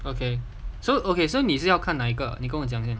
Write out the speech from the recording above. okay so okay so 你是要看哪一个你跟我讲的